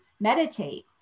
meditate